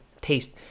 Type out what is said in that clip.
taste